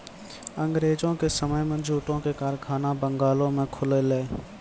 अंगरेजो के समय मे जूटो के कारखाना बंगालो मे खुललै